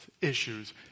Issues